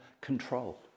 control